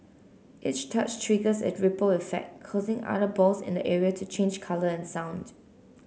each touch triggers a ripple effect causing other balls in the area to change colour and sound